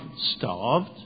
starved